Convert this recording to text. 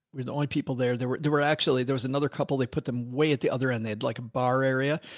we're the only people there, there were, there were actually, there was another couple. they put them way. at the other end, they had like a bar area.